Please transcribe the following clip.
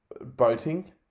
boating